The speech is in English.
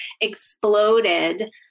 exploded